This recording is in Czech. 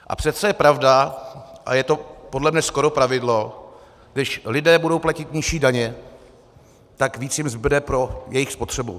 A přece je pravda a je to podle mě skoro pravidlo, když lidé budou platit nižší daně, tak víc jim zbude pro jejich spotřebu.